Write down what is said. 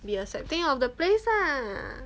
be accepting of the place lah